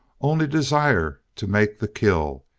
only desire to make the kill.